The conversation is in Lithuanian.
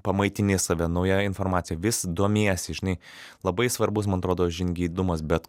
pamaitini save nauja informacija vis domiesi žinai labai svarbus man atrodo žingeidumas bet